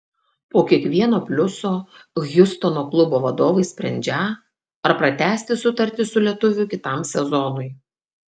po kiekvieno pliuso hjustono klubo vadovai sprendžią ar pratęsti sutartį su lietuviu kitam sezonui